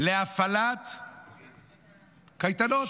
להפעלת קייטנות.